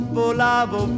volavo